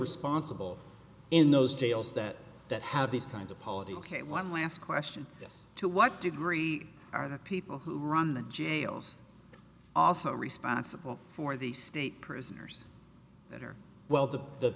responsible in those jails that that have these kinds of polity ok one last question yes to what degree are the people who run the jails are also responsible for the state prisoners that are well to the